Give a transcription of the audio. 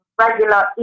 Regular